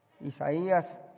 Isaías